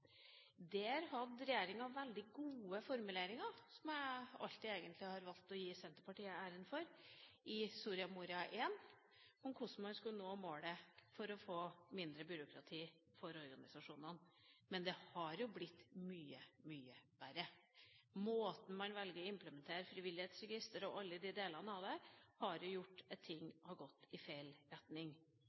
Der hadde regjeringa veldig gode formuleringer i Soria Moria I – som jeg alltid har valgt å gi Senterpartiet æren for – om hvordan man skulle nå målet om mindre byråkrati for organisasjonene. Men det har jo blitt mye, mye verre. Måten man velger å implementere frivillighetsregisteret på og alle delene ved det, har gjort at ting har gått i feil retning.